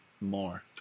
more